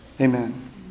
Amen